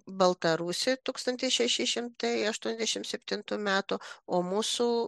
baltarusijoj tūkstantis šeši šimnai aštuoniasdešimt septintų metų o mūsų